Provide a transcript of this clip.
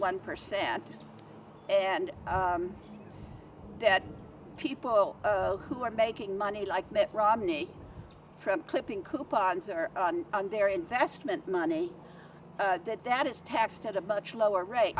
one percent and that people who are making money like mitt romney from clipping coupons are on their investment money that that is taxed at a much lower rate